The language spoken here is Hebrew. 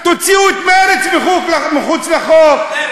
תוציאו את מרצ מחוץ לחוק, צודק.